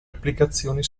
applicazioni